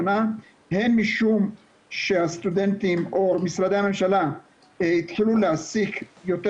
הן משום שהסטודנטים או משרדי הממשלה התחילו להעסיק יותר